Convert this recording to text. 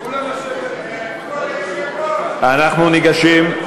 אנחנו ניגשים,